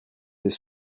des